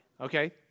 okay